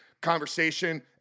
conversation